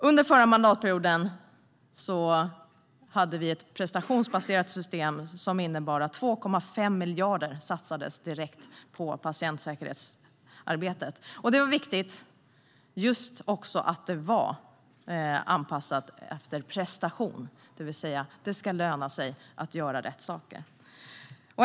Under förra mandatperioden hade vi ett prestationsbaserat system som innebar att 2,5 miljarder satsades direkt på patientsäkerhetsarbetet. Det var viktigt att det var anpassat efter prestation, det vill säga att det ska löna sig att göra rätt saker.